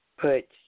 put